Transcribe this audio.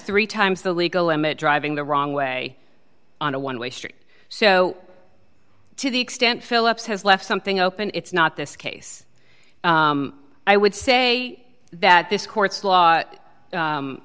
three times the legal limit driving the wrong way on a one way street so to the extent phillips has left something open it's not this case i would say that this court